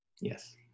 Yes